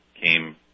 came